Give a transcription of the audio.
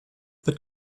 but